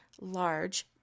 large